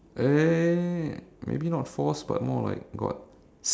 a certain someone approached me and